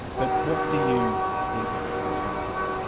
but what do you think of the current system?